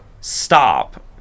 stop